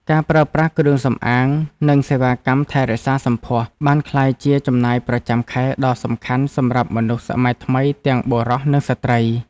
ការប្រើប្រាស់គ្រឿងសម្អាងនិងសេវាកម្មថែរក្សាសម្ផស្សបានក្លាយជាចំណាយប្រចាំខែដ៏សំខាន់សម្រាប់មនុស្សសម័យថ្មីទាំងបុរសនិងស្ត្រី។